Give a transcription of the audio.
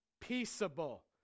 Peaceable